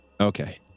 Okay